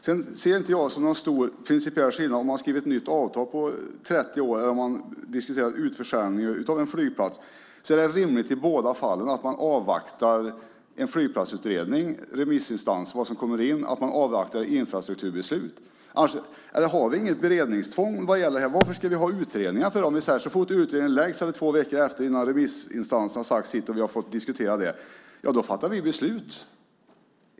Jag ser heller inte någon stor, principiell skillnad mellan att skriva ett nytt avtal på 30 år och att diskutera en utförsäljning av en flygplats. Det är i båda fallen rimligt att man avvaktar en flygplatsutredning och det som kommer in från remissinstanserna - att man avvaktar infrastrukturbeslut. Eller har vi inget beredningstvång när det gäller detta? Varför ska vi ha utredningar om vi så fort utredningen läggs fram eller två veckor senare, innan remissinstanserna har sagt sitt och vi har fått diskutera det, fattar ett beslut?